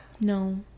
No